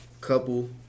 couple